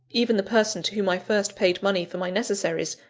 even the person to whom i first paid money for my necessaries,